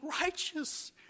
righteous